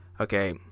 Okay